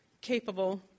capable